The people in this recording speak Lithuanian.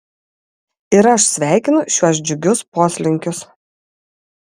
ir aš sveikinu šiuos džiugius poslinkius